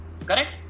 Correct